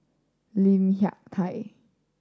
Lim Hak Tai